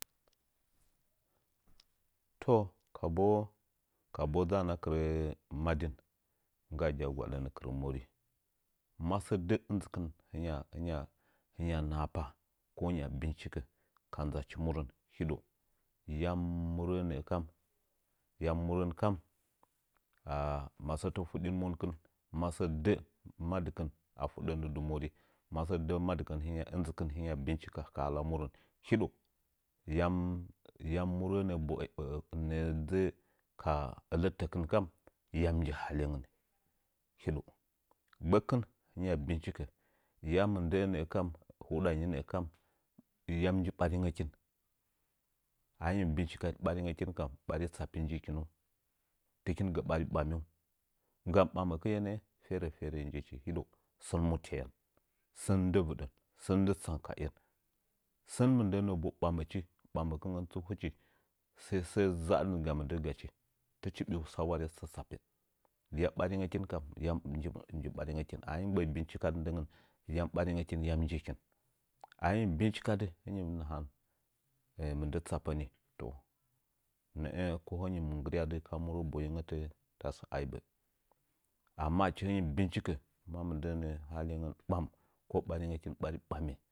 To, ma kabuu kabuu dzaanə a kɨrə madin ngga’agi a gwaɗanə a kɨrə morin. Ma sə’ə dəə ɪnzɨkɨn madɨkin hɨnya nahapa, hɨnya binchikəka ala murə yam murəə nəə kam yam murən, kam masətə wadɪ, monkɨn, a fuɗɗənə dɨ mori. Ma dəə də’ə madɨkɨn. ɨnzɨkɨn ninya binchikə ka hala nurən. Hiɗou yam yam ɨnzəə nə’ə dzə’ə la ələtɨtəkɨn kam, yam nji halengən yam nji halengən. Gbəkkɨn, hɨnya binchikə, yam mɨndəə nə’ə tuɗanyi kam, yam nji baringənkin? A hɨnyi mɨ binchikə baringəkin bari tsappoi nji kinuu, tɨkin gɨ ɓari ɓamiu nggam ɓaməkɨ’e nə’ə ferə ferə njichi. Sən mutyayan sən ndɨvɨɗən, sən ndɨ tsanka ‘en. Sən mɨndəə nə’ə hɨchi ɓaməkɨngən sai səə za’adɨnga mɨnɗən gachi. Tɨchi ɓiu saware tsappə. A hinyi mɨ binchikadɨ hɨnyi mɨ nahan mɨndə tsappə nii nə’ə ko hɨnyi inɨ nggɨryadɨ ka murə boyengətə, tasə aibə. Amma achi hɨnyi mɨ bɨnchikə ma mɨndəə haləngən ɓam ko ɓaringəkin ɓari ɓami tɨkin.